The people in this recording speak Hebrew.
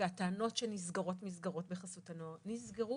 והטענות שנסגרות מסגרות בחסות הנוער נסגרו